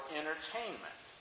entertainment